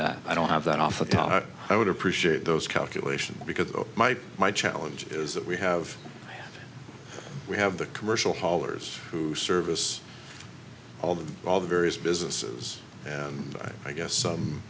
that i don't have that often i would appreciate those calculations because my my challenge is that we have we have the commercial hollers to service although all the various businesses and i guess some